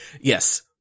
yes